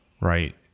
right